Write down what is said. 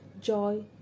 joy